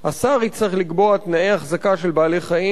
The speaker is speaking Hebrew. השר יצטרך לקבוע תנאי החזקה של בעלי-חיים,